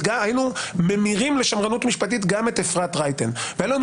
היינו ממירים לשמרנות משפטית גם את אפרת רייטן והיו לנו